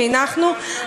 שהנחנו,